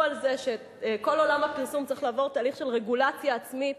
על זה שכל עולם הפרסום צריך לעבור תהליך של רגולציה עצמית,